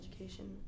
education